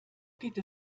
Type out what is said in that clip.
geht